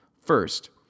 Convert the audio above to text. First